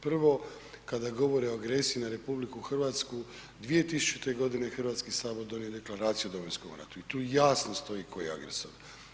Prvo, kada govore o agresiji na RH, 2000. g. Hrvatski sabor je donio Deklaraciju u Domovinskom ratu i tu jasno stoji tko je agresor.